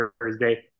Thursday